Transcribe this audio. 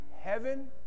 Heaven